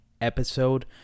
episode